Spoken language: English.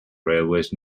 railways